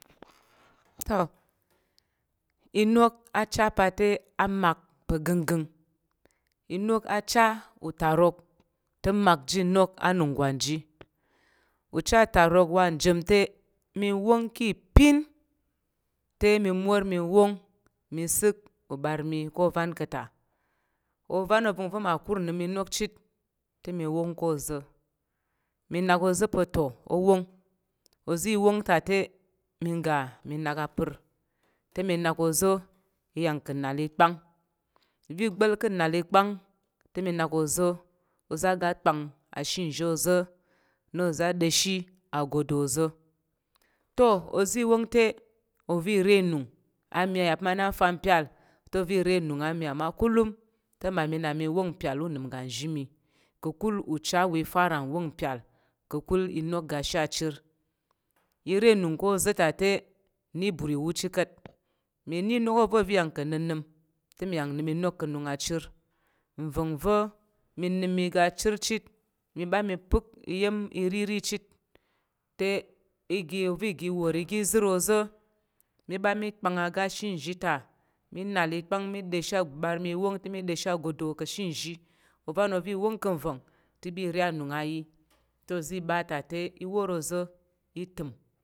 To inok acha pa̱ te a mak pa̱ gənggəng. Inok acha utarok te a mak ji inok anungwan ji. Ucha tarok wa njem te mi wong ki ipin te mi mor mi wong mi sik uɓar mi ko ovan ka̱ ta ovan ovəng va̱ ma kur nnəm inok chit te, mi wong ko oza̱ mi nak oza̱ pa̱ to o wong ozi i wong ta ta mi ga mi nak apər te mi nak oza̱ i ya ka̱ nàl i kpang. Ovi gba̱l ka̱ nnàl ikpang te mi nak oza̱ oza̱ a ga kpang ashe nzhi oza̱ na aga ɗa̱mshi aga̱do oza̱ to ozi i wong te i renung a mi. Ya pa̱ mmami na nfa mpyal te ozi renung a mi ama kulum te mmami na mi wong mpyal unəm uga nzhi mi. Ka̱kul ucha wa i fara nwong mpyal, ka̱kul inok ga she achir. I re nung ko oza̱ te ne i ɓur iwu chit ka̱t, mi ne inok oza̱ oza̱ i ya ka̱ nnənəm, te mi ya ka̱ nnəm inok ka̱ nung achir. Nva̱ng va̱ mi nəm iga achir chit mi ɓa mi pa̱k iya̱m iriri chit te ige ove wor ige izər oza̱ mí ɓa mí kpang aga she nzhi ta mí nàl ikpang mi ɗeshi uɓar mi i wong te mí ɗəshi aga̱ɗo ka̱she nzhi. Ovan ova̱ wong ka̱ nva̱ng te i ɓa re nung a yi te ozi ɓa te ozi itəm